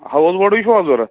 house بوٹٕے چھُوا ضروٗرت